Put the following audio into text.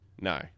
No